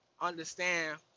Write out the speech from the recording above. understand